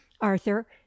arthur